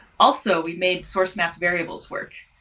also, we made source map variables work.